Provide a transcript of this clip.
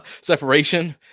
separation